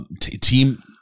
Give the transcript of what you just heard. team